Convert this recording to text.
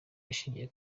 ishingiye